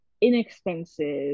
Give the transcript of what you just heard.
inexpensive